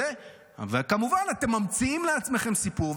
כמובן, אתם ממציאים לעצמכם סיפור.